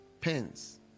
pens